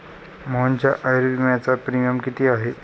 मोहनच्या आयुर्विम्याचा प्रीमियम किती आहे?